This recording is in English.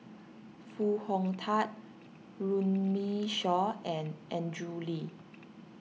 Foo Hong Tatt Runme Shaw and Andrew Lee